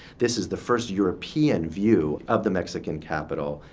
this is the first european view of the mexican capital,